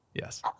yes